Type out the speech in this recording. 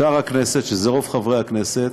ושאר הכנסת, שזה רוב חברי הכנסת,